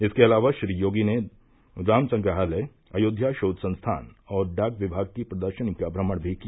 इसके अलावा श्री योगी ने राम संग्रहालय अयोध्या शोध संस्थान और डाक विभाग की प्रदर्शनी का श्रमण भी किया